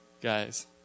Guys